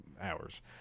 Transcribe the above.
hours